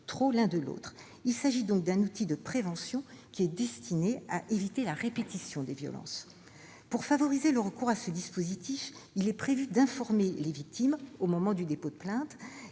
trop l'un de l'autre. Il s'agit donc d'un outil de prévention, destiné à éviter la répétition des violences. Pour favoriser le recours à ce dispositif, il est prévu d'informer les victimes, au moment du dépôt de plainte,